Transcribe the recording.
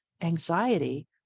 anxiety